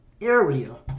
area